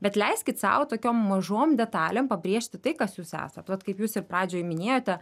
bet leiskit sau tokiom mažom detalėm pabrėžti tai kas jūs esat vat kaip jūs ir pradžioj minėjote